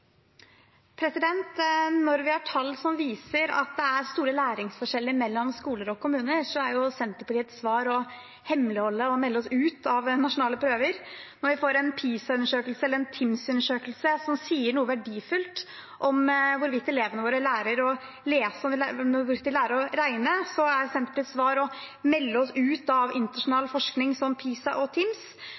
kommuner, er Senterpartiets svar å hemmeligholde og melde oss ut av nasjonale prøver. Når vi får en PISA-undersøkelse eller en TIMSS-undersøkelse som sier noe verdifullt om hvorvidt elevene våre lærer å lese og hvorvidt de lærer å regne, er Senterpartiets svar å melde oss ut av internasjonal forskning som PISA og